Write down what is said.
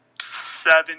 seven